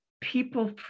people